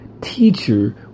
teacher